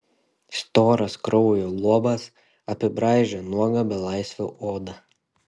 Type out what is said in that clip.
storas kraujo luobas apibraižė nuogą belaisvio odą